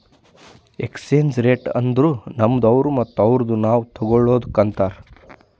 exchange rate ಅಂದುರ್ ನಮ್ದು ಅವ್ರು ಮತ್ತ ಅವ್ರುದು ನಾವ್ ತಗೊಳದುಕ್ ಅಂತಾರ್